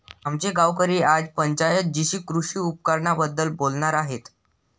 आमचे गावकरी आज पंचायत जीशी कृषी उपकरणांबद्दल बोलणार आहेत